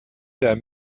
der